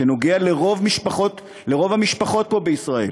שנוגע לרוב המשפחות פה בישראל,